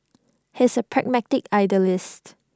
he is A pragmatic idealist